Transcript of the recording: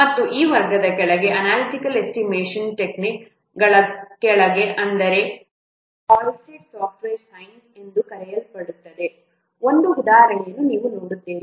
ಮತ್ತು ಈ ವರ್ಗದ ಕೆಳಗೆ ಅನಾಲಿಟಿಕಲ್ ಎಸ್ಟಿಮೇಷನ್ ಟೆಕ್ನಿಕ್ಗಳ ಕೆಳಗೆ ಅಂದರೆ ಹಾಲ್ಸ್ಟೆಡ್ನ ಸಾಫ್ಟ್ವೇರ್ ಸೈನ್ಸ್Halstead's software science ಎಂದು ಕರೆಯಲ್ಪಡುವ ಒಂದು ಉದಾಹರಣೆಯನ್ನು ನೀವು ನೋಡುತ್ತೀರಿ